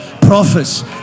prophets